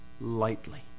lightly